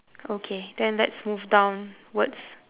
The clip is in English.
okay then let's move downwards